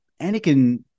anakin